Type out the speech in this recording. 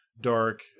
dark